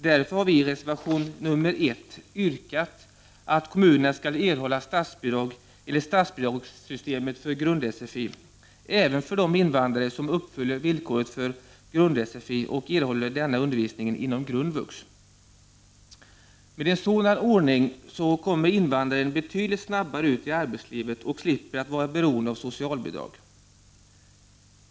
Därför har vi i reservation nr 1 yrkat att kommunerna skall erhålla statsbidrag enligt statsbidragssystemet för grund-sfi, även för de invandrare som uppfyller villkoren för grund-sfi och erhåller denna undervisning inom grundvux. Med en sådan ordning kommer invandraren betydligt snabbare ut i arbetslivet och slipper vara beroende av socialbidrag.